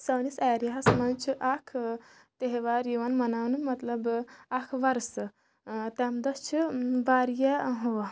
سٲنِس ایریاہَس منٛز چھِ اکھ تہوار یِوان مَناونہٕ مطلب اکھ وۄرسہٕ تَمہِ دۄہ چھِ واریاہ